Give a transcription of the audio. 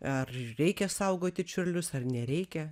ar reikia saugoti čiurlius ar nereikia